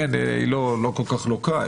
לא כל כך לוקה,